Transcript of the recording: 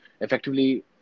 Effectively